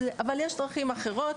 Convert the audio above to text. אבל יש דרכים אחרות.